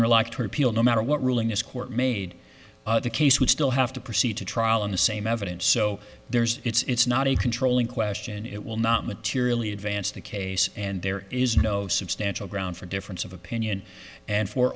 interlocked her appeal no matter what ruling this court made the case would still have to proceed to trial on the same evidence so there's it's not a controlling question it will not materially advance the case and there is no substantial ground for difference of opinion and for